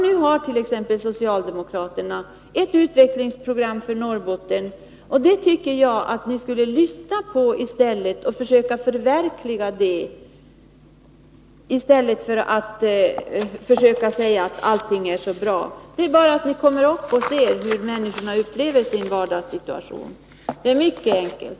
Nu har t.ex. socialdemokraterna ett utvecklingsprogram för Norrbotten, och det tycker jag att ni skulle lyssna på och försöka förverkliga deti stället för att säga att allting är så bra. Det är bara att ni kommer upp och ser hur människorna upplever sin vardagssituation. Det är mycket enkelt.